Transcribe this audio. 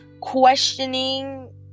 questioning